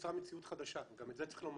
נוצרה מציאות חדשה, גם את זה צריך לומר,